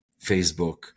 Facebook